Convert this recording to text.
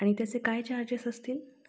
आणि त्याचे काय चार्जेस असतील